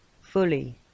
fully